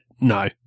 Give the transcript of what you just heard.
no